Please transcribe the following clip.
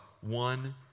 one